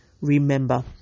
Remember